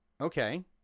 Okay